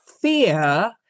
fear